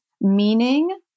meaning